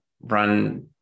run